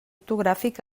ortogràfic